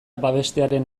babestearen